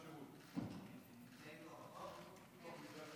אדוני היושב-ראש, כנסת נכבדה, אזרחי